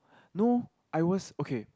no I was okay